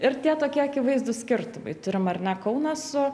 ir tie tokie akivaizdūs skirtumai turim ar ne kauną su